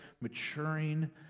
maturing